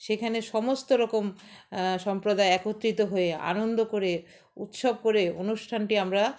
সেখানে সমস্ত রকম সম্প্রদায় একত্রিত হয়ে আনন্দ করে উৎসব করে অনুষ্ঠানটি আমরা